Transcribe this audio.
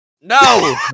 No